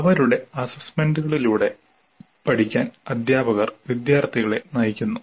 അവരുടെ അസ്സസ്സ്മെന്റ്കളിലൂടെ പഠിക്കാൻ അധ്യാപകർ വിദ്യാർത്ഥികളെ നയിക്കുന്നു